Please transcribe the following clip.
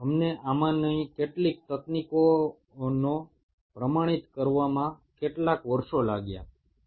আমাদের অনেক বছর লেগেছে এর জন্য কিছু পদ্ধতিকে স্ট্যান্ডার্ডাইস করতে